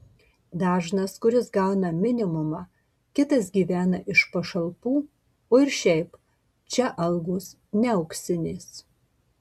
dažnas kuris gauna minimumą kitas gyvena iš pašalpų o ir šiaip čia algos ne auksinės